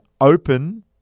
open